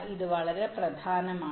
ഇത് വളരെ പ്രധാനമാണ്